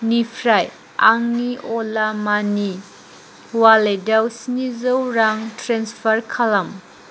निफ्राय आंनि अला मानि अवालेटाव स्निजौ रां ट्रेन्सफार खालाम